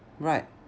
right